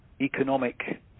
economic